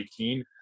18